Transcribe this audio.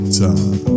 time